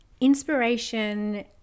Inspiration